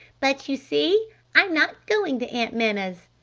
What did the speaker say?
but you see i'm not going to aunt minna's!